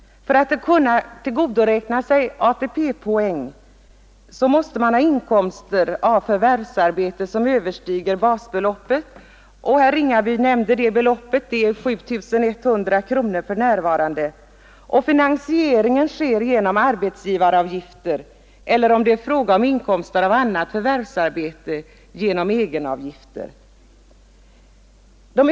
För att kunna tillgodoräkna sig ATP-poäng måste man ha inkomster av förvärvsarbete som överstiger basbeloppet. Som herr Ringaby nämnde är det beloppet för närvarande 7 100 kronor, och finansieringen sker genom arbetsgivaravgifter eller, om det är fråga om inkomster av annat förvärvsarbete, genom egenavgifter.